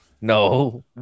No